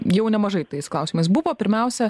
jau nemažai tais klausimais buvo pirmiausia